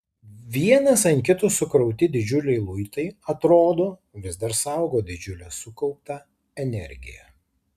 vienas ant kito sukrauti didžiuliai luitai atrodo vis dar saugo didžiulę sukauptą energiją